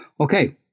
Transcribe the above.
Okay